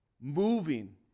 moving